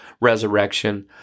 resurrection